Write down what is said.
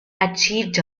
achieved